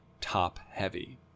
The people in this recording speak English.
top-heavy